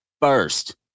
first